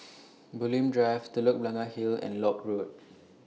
Bulim Drive Telok Blangah Hill and Lock Road